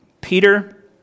Peter